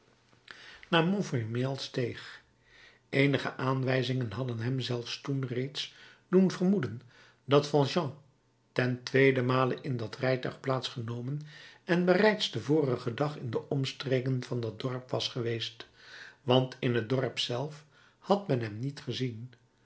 naar montfermeil steeg eenige aanwijzingen hadden hem zelfs toen reeds doen vermoeden dat valjean ten tweeden male in dat rijtuig plaats genomen en bereids den vorigen dag in de omstreken van dat dorp was geweest want in het dorp zelf had men hem niet gezien